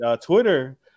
Twitter